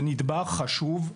זה נדבך חשוב,